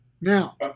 Now